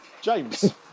James